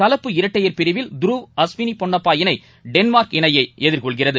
கலப்பு இரட்டையர் பிரிவில் துருவ் அஸ்விளி பொன்னப்பா இனை டென்மார்க் இனையை எதிர்கொள்கிறது